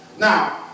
Now